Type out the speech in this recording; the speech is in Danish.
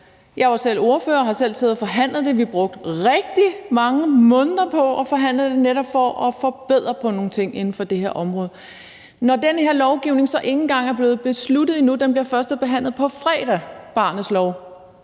Jeg var selv ordfører og har selv siddet og forhandlet det. Vi brugte rigtig mange måneder på at forhandle det, netop for at forbedre nogle ting inden for det her område. Når den her lovgivning, altså barnets lov, ikke engang er blevet besluttet endnu – den bliver førstebehandlet på fredag – har den jo